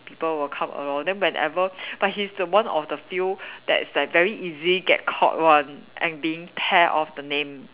people will come around then whenever but he's one of the few that is like very easy get caught one and being tear off the name